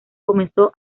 comenzó